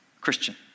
Christian